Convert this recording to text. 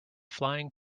flying